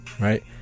Right